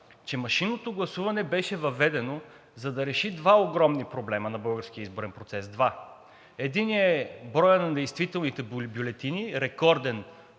че машинното гласуване беше въведено, за да реши два огромни проблема на българския изборен процес – два. Единият е броят на действителните бюлетини – рекорден,